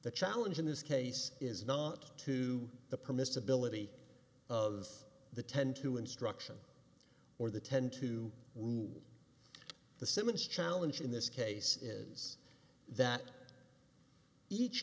the challenge in this case is not to the permissibility of the ten to instruction or the ten to the simmons challenge in this case is that each